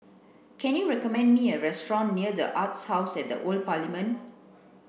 can you recommend me a restaurant near The Arts House at the Old Parliament